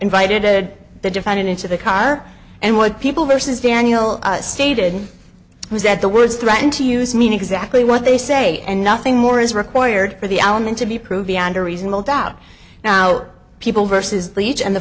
invited the defendant into the car and what people versus daniel stated was that the words threaten to use mean exactly what they say and nothing more is required for the element to be proved beyond a reasonable doubt now people versus leach and the